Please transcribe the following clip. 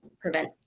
prevent